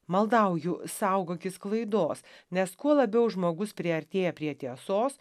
maldauju saugokis klaidos nes kuo labiau žmogus priartėja prie tiesos